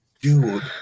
Dude